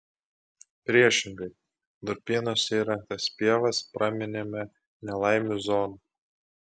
priešingai durpynuose įrengtas pievas praminėme nelaimių zona